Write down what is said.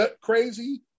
crazy